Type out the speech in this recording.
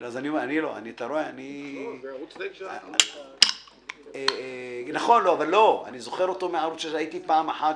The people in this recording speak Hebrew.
נמצא שם ערוץ 9. אני זוכר שהייתי שם פעם אחת